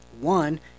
one